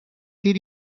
did